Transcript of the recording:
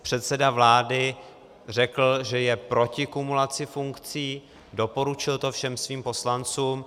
Předseda vlády řekl, že je proti kumulaci funkcí, doporučil to všem svým poslancům.